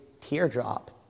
teardrop